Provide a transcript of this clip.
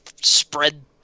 spread